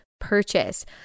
purchase